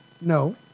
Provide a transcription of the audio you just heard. No